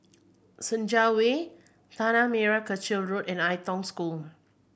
Senja Way Tanah Merah Kechil Road and Ai Tong School